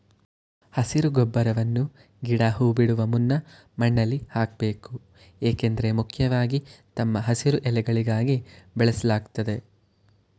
ಹಸಿರು ಗೊಬ್ಬರವನ್ನ ಗಿಡ ಹೂ ಬಿಡುವ ಮುನ್ನ ಮಣ್ಣಲ್ಲಿ ಹಾಕ್ಬೇಕು ಏಕೆಂದ್ರೆ ಮುಖ್ಯವಾಗಿ ತಮ್ಮ ಹಸಿರು ಎಲೆಗಳಿಗಾಗಿ ಬೆಳೆಸಲಾಗ್ತದೆ